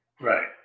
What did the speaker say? Right